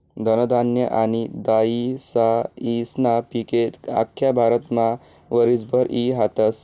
धनधान्य आनी दायीसायीस्ना पिके आख्खा भारतमा वरीसभर ई हातस